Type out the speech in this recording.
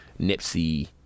Nipsey